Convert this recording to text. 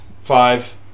five